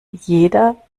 jeder